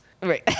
Right